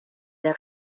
der